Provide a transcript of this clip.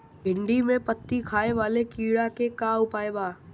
भिन्डी में पत्ति खाये वाले किड़ा के का उपाय बा?